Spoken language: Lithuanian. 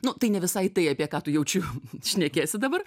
nu tai ne visai tai apie ką tu jaučiu šnekėsi dabar